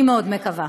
אני מאוד מקווה.